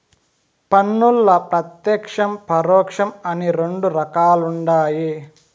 పన్నుల్ల ప్రత్యేక్షం, పరోక్షం అని రెండు రకాలుండాయి